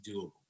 doable